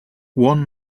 one